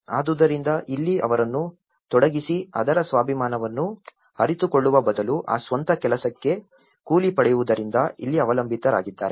ಆದುದರಿಂದ ಇಲ್ಲಿ ಅವರನ್ನು ತೊಡಗಿಸಿ ಅದರ ಸ್ವಾಭಿಮಾನವನ್ನು ಅರಿತುಕೊಳ್ಳುವ ಬದಲು ಆ ಸ್ವಂತ ಕೆಲಸಕ್ಕೆ ಕೂಲಿ ಪಡೆಯುವುದರಿಂದ ಇಲ್ಲಿ ಅವಲಂಬಿತರಾಗಿದ್ದಾರೆ